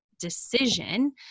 decision